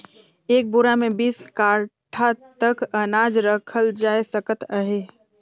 एक बोरा मे बीस काठा तक अनाज रखल जाए सकत अहे